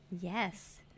Yes